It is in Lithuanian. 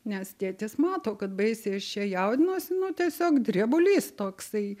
nes tėtis mato kad baisiai aš čia jaudinuosi nu tiesiog drebulys toksai